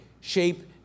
shape